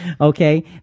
Okay